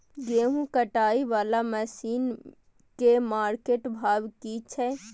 गेहूं कटाई वाला मसीन के मार्केट भाव की छै?